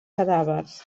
cadàvers